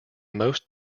most